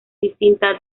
distinta